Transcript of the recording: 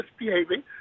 misbehaving